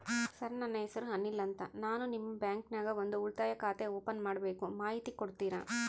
Sir ನನ್ನ ಹೆಸರು ಅನಿಲ್ ಅಂತ ನಾನು ನಿಮ್ಮ ಬ್ಯಾಂಕಿನ್ಯಾಗ ಒಂದು ಉಳಿತಾಯ ಖಾತೆ ಓಪನ್ ಮಾಡಬೇಕು ಮಾಹಿತಿ ಕೊಡ್ತೇರಾ?